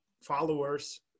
followers